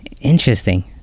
interesting